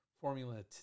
formula